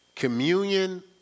Communion